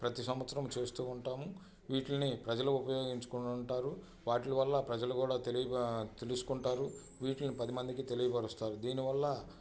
ప్రతి సంవత్సరం చేస్తూ వుంటాము వీటిని ప్రజలు ఉపయోగించుకుంటారు వాటి వల్ల ప్రజలు కూడా తెలుసుకుంటారు వీటిని పది మందికి తెలియపరుస్తారు దీనివల్ల